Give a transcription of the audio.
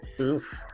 Oof